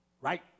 Right